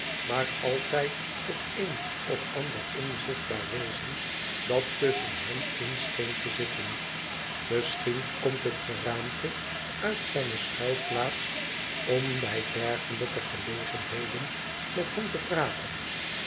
maar altijd tot een of ander onzichtbaar wezen dat tusschen hen in scheen te zitten misschien komt het geraamte uit zijne schuilplaats om bij dergelijke gelegenheden met hen te praten